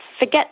Forget